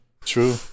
True